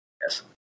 Yes